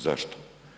Zašto?